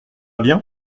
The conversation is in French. bien